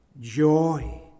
joy